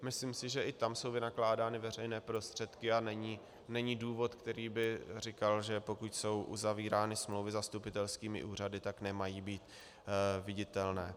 Myslím si, že i tam jsou vynakládány veřejné prostředky a není důvod, který by říkal, že pokud jsou uzavírány smlouvy zastupitelskými úřady, tak nemají být viditelné.